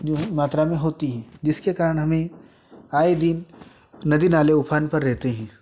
मात्रा में होती है जिसके कारण हमें आए दिन नदी नाले उफान पर रहते हैं